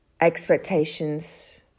expectations